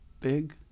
big